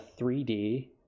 3d